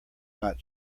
not